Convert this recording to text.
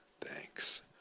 thanks